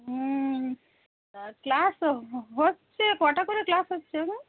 হুম তা ক্লাস হচ্ছে কটা করে ক্লাস হচ্ছে এখন